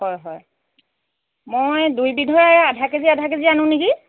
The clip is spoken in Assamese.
হয় হয় মই দুইবিধৰে আধা কেজি আধা কেজি আনো নেকি